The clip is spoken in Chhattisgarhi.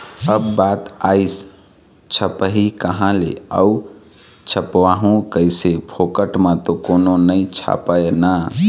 अब बात आइस छपही काँहा ले अऊ छपवाहूँ कइसे, फोकट म तो कोनो नइ छापय ना